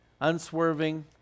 unswerving